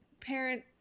parent